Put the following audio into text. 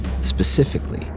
Specifically